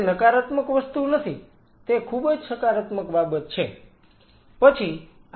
તે નકારાત્મક વસ્તુ નથી તે ખૂબ જ સકારાત્મક બાબત છે